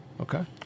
Okay